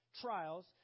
trials